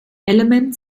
element